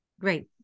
Great